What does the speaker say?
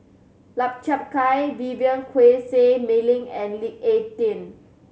Lau Chiap Khai Vivien Quahe Seah Mei Lin and Lee Ek Tieng